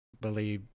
believe